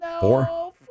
Four